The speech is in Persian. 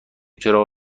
چراغ